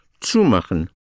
zumachen